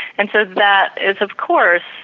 and so, that is of course,